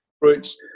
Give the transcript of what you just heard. roots